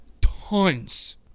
tons